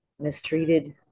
mistreated